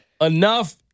Enough